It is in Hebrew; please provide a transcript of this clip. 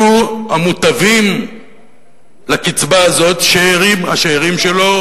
יהיו המוטבים לקצבה הזאת השאירים שלו,